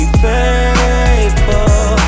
faithful